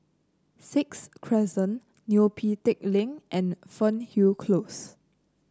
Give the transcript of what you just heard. Sixth Crescent Neo Pee Teck Lane and Fernhill Close